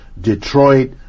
Detroit